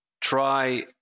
try